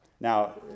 Now